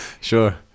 Sure